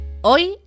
hoy